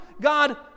God